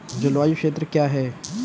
जलवायु क्षेत्र क्या है?